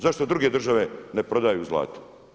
Zašto druge države ne prodaju zlato?